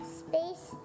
space